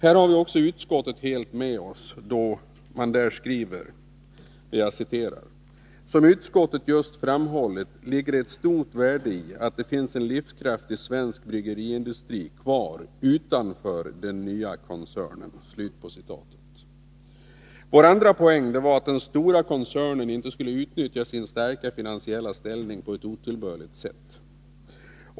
Här har vi utskottet helt med oss, då det skriver: ”Som utskottet just framhållit ligger det ett stort värde i att det finns en livskraftig svensk bryggeriindustri kvar utanför den nya koncernen.” Vår andra poäng var att den stora koncernen inte skulle utnyttja sin stärkta finansiella ställning på ett otillbörligt sätt.